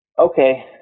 okay